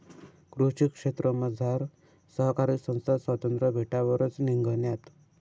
कृषी क्षेत्रमझार सहकारी संस्था स्वातंत्र्य भेटावरच निंघण्यात